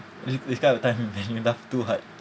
this this kind of time laugh too hard